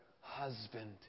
husband